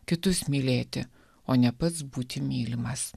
kitus mylėti o ne pats būti mylimas